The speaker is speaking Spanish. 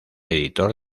editor